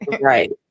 Right